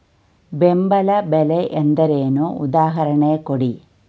ಬೆಂಬಲ ಬೆಲೆ ಎಂದರೇನು, ಉದಾಹರಣೆ ಕೊಡಿ?